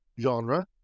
genre